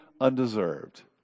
undeserved